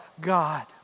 God